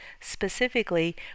Specifically